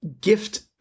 gift